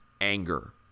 anger